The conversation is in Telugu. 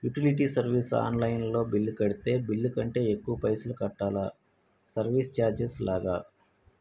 యుటిలిటీ సర్వీస్ ఆన్ లైన్ లో బిల్లు కడితే బిల్లు కంటే ఎక్కువ పైసల్ కట్టాలా సర్వీస్ చార్జెస్ లాగా?